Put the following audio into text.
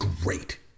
great